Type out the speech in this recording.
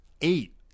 eight